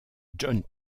john